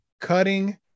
cutting